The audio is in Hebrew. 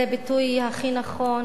זה ביטוי הכי נכון,